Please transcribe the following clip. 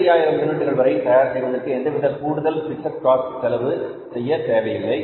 65000 யூனிட்டுகள் வரை தயார் செய்வதற்கு எந்தவித கூடுதல் பிக்ஸட் காஸ்ட் செலவு செய்ய தேவையில்லை